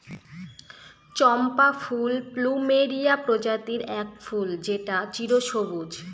চম্পা ফুল প্লুমেরিয়া প্রজাতির এক ফুল যেটা চিরসবুজ